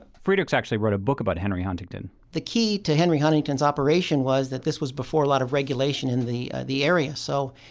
friedrichs actually wrote a book about henry huntington the key to henry huntington's operation was that this was before a lot of regulation in the the area. so,